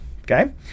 okay